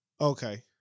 Okay